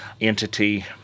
entity